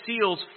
seals